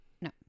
No